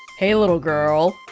hey, little girl.